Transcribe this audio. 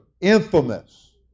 infamous